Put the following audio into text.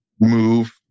move